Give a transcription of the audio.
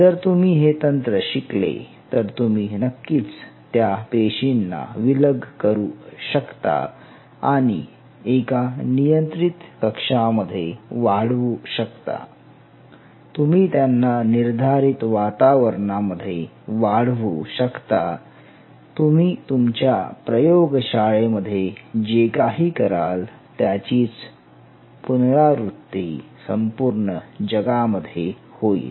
जर तुम्ही हे तंत्र शिकले तर तुम्ही नक्कीच त्या पेशींना विलग करू शकता आणि एका नियंत्रित कक्षांमध्ये वाढवू शकता तुम्ही त्यांना निर्धारित वातावरणामध्ये वाढवु शकता तुम्ही तुमच्या प्रयोग शाळेमध्ये जे काही कराल त्याचीच पुनरावृत्ती संपूर्ण जगामध्ये होईल